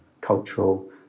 cultural